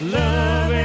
love